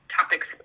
topics